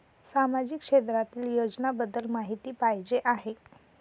सामाजिक क्षेत्रातील योजनाबद्दल माहिती पाहिजे आहे?